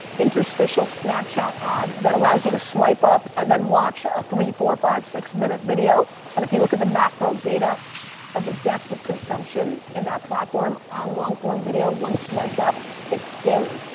interstitial snapchat ad that allows you to swipe up and then watch a three, four, five, six minute video and if you look at the macro data of the depth of consumption in that platform on long form video once swiped up, it's scary.